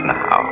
now